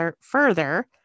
further